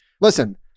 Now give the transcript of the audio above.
Listen